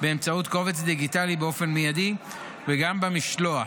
באמצעות קובץ דיגיטלי באופן מיידי וגם במשלוח